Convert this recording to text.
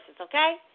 okay